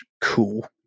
cool